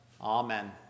amen